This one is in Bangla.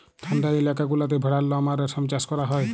ঠাল্ডা ইলাকা গুলাতে ভেড়ার লম আর রেশম চাষ ক্যরা হ্যয়